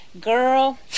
girl